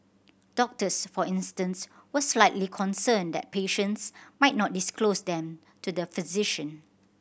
doctors for instance were slightly concerned that patients might not disclose them to the physician